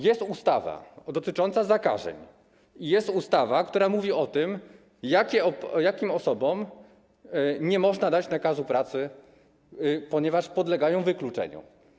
Jest ustawa dotycząca zakażeń, jest ustawa, która mówi o tym, jakim osobom nie można dać nakazu pracy, ponieważ podlegają wykluczeniu.